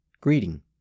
Greeting